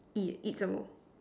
eat eat some more